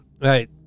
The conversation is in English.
Right